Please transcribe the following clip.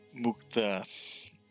Mukta